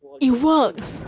我连问题